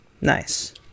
nice